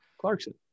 Clarkson